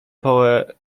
połę